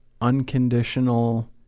unconditional